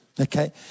Okay